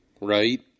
right